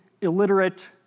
illiterate